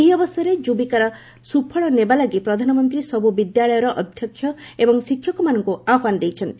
ଏହି ଅବସରରେ ଯୁବିକାର ସୁଫଳ ନେବାଲାଗି ପ୍ରଧାନମନ୍ତ୍ରୀ ସବୁ ବିଦ୍ୟାଳୟର ଅଧ୍ୟକ୍ଷ ଏବଂ ଶିକ୍ଷକମାନଙ୍କୁ ଆହ୍ୱାନ ଦେଇଛନ୍ତି